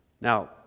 Now